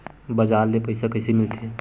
बजार ले पईसा कइसे मिलथे?